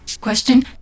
Question